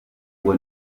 ngo